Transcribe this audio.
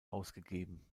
ausgegeben